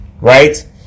right